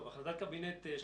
סטטוס החלטת קבינט ב/302,